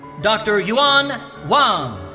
dr. yuan wang.